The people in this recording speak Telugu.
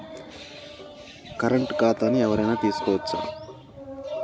కరెంట్ ఖాతాను ఎవలైనా తీసుకోవచ్చా?